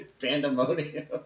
pandemonium